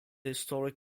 historic